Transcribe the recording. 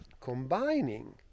combining